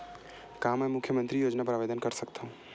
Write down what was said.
का मैं मुख्यमंतरी योजना बर आवेदन कर सकथव?